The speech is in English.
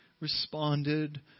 responded